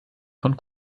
von